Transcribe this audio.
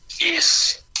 Yes